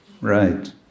right